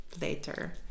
later